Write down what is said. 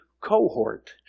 cohort